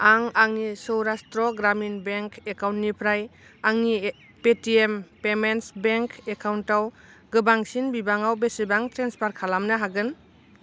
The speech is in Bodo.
आं आंनि सौरास्ट्र ग्रामिन बेंक एकाउन्टनिफ्राय आंनि पेटिएम पेमेन्टस बेंक एकाउन्टआव गोबांसिन बिबाङाव बेसेबां ट्रेन्सफार खालामनो हागोन